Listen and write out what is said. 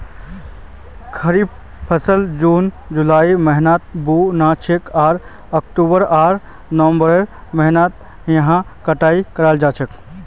खरीफ फसल जून जुलाइर महीनात बु न छेक आर अक्टूबर आकर नवंबरेर महीनात यहार कटाई कराल जा छेक